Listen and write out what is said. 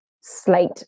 slate